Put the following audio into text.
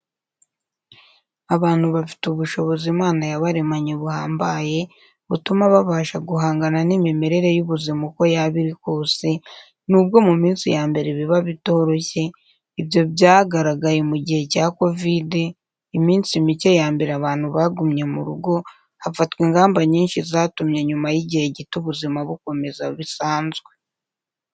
Abantu bafite ubushobozi Imana yabaremanye buhambaye, butuma babasha guhangana n'imimerere y'ubuzima uko yaba iri kose, n'ubwo mu minsi ya mbere biba bitoroshye, ibyo byagaragaye mu gihe cya Kovide, iminsi mike ya mbere abantu bagumye mu rugo, hafatwa ingamba nyinshi zatumye nyuma y'igihe gito ubuzima bukomeza bisanzwe.